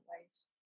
ways